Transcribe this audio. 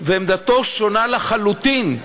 ועמדתו שונה לחלוטין,